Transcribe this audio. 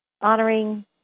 honoring